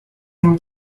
nim